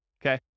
Okay